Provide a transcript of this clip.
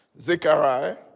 Zechariah